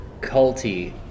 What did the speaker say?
culty